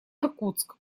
иркутск